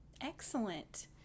Excellent